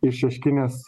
iš šeškinės